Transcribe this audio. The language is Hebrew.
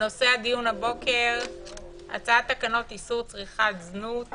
נושא הדיון הבוקר הצעת תקנות איסור צריכת זנות